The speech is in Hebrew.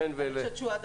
רשפון.